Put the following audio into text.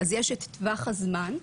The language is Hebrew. הוא טווח הזמן.